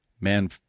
man